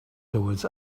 towards